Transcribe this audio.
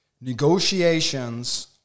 Negotiations